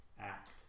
act